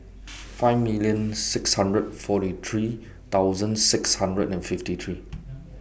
five million six hundred forty three thousand six hundred and fifty three